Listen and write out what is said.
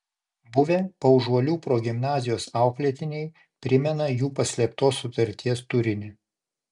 buvę paužuolių progimnazijos auklėtiniai primena jų paslėptos sutarties turinį